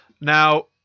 Now